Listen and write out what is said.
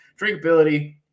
drinkability